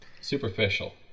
Superficial